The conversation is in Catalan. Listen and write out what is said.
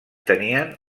tenien